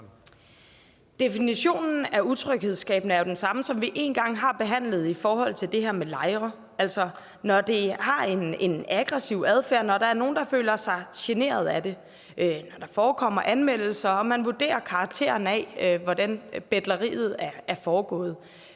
Definitionen af det utryghedsskabende er jo den samme, som vi en gang har behandlet i forhold til det her med lejre, altså når de har en aggressiv adfærd, når der er nogle, der føler sig generet af det, når der forekommer anmeldelser, og man vurderer karakteren af, hvordan betleriet er foregået,